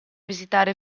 visitare